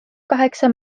kaheksa